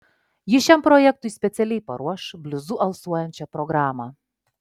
ji šiam projektui specialiai paruoš bliuzu alsuojančią programą